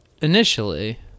initially